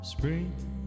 Spring